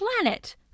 planet